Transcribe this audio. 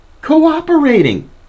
cooperating